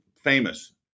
famous